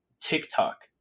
TikTok